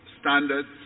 standards